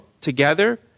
together